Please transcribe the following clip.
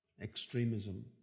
extremism